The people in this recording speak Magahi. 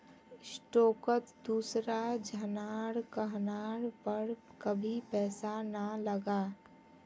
स्टॉकत दूसरा झनार कहनार पर कभी पैसा ना लगा